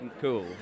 Cool